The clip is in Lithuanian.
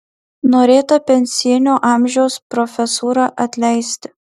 norėta pensinio amžiaus profesūrą atleisti